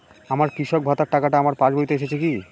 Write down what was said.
আমার কৃষক ভাতার টাকাটা আমার পাসবইতে এসেছে কি?